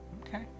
okay